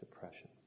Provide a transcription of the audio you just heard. depression